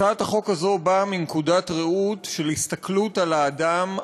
הצעת החוק הזו באה מנקודת ראות של הסתכלות על האדם,